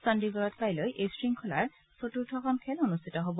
চণ্ডিগড়ত কাইলৈ এই শৃংখলাৰ চতুৰ্থখন খেল অনুষ্ঠিত হ'ব